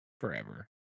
Forever